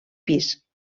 pis